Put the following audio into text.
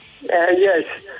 yes